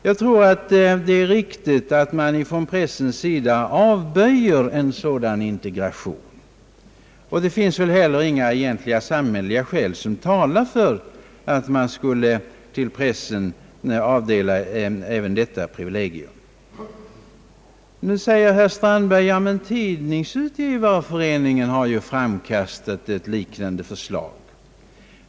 Jag tror att det är riktigt att man från pressens sida avböjer en sådan integration. Det finns heller inga egentliga samhällsekonomiska skäl som talar för att pressen skulle tilldelas även detta privilegium. Nu säger herr Strandberg: Ja, men Tidningsutgivareföreningen har framkastat ett liknande förslag.